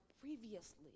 previously